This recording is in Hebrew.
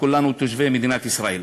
וכולנו תושבי מדינת ישראל.